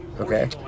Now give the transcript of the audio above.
okay